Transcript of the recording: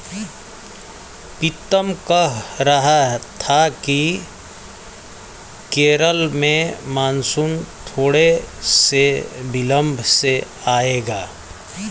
पीतम कह रहा था कि केरल में मॉनसून थोड़े से विलंब से आएगा